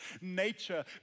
Nature